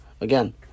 Again